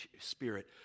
Spirit